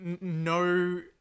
no